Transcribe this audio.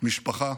משפחה,